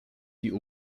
die